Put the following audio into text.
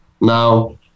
Now